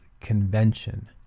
convention